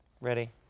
ready